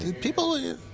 people